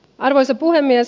arvoisa puhemies